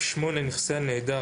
נכסי הנעדר